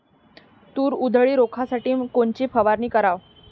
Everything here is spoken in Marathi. तूर उधळी रोखासाठी कोनची फवारनी कराव?